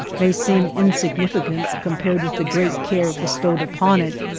may seem insignificant compared with the great care bestowed upon it.